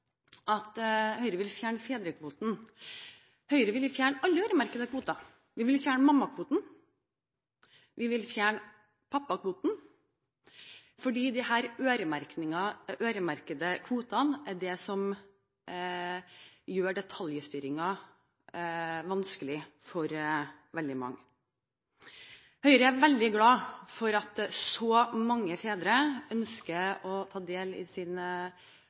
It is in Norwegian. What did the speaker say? Høyre vil fjerne fedrekvoten. Høyre vil fjerne alle øremerkede kvoter. Vi vil fjerne mammakvoten, vi vil fjerne pappakvoten, fordi disse øremerkede kvotene er det som gjør detaljstyringen vanskelig for veldig mange. Høyre er veldig glad for at så mange fedre ønsker å ta del i